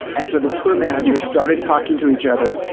and so the tour managers started talking to each other,